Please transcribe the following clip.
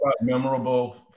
memorable